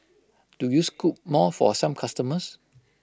do you scoop more for some customers